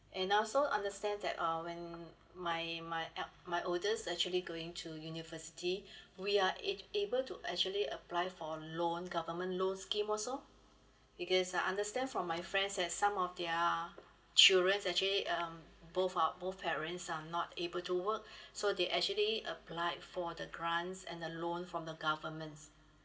and also understand that uh when my my el~ my oldest actually going to university we are ab~ able to actually apply for loan government loans scheme also because I understand from my friends that some of their children actually um both uh both parents are not able to work so they actually applied for the grants and the loans from the government